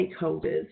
stakeholders